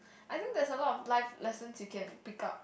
I think there's a lot of life lessons you can pick up